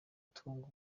gutuma